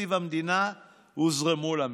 מתקציב המדינה הוזרמו למשק.